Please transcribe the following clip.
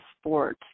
sport